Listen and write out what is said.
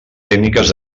tècniques